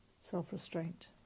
self-restraint